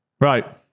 Right